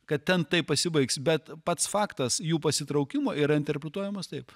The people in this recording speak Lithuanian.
kad ten taip pasibaigs bet pats faktas jų pasitraukimo yra interpretuojamas taip